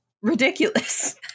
ridiculous